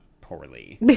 poorly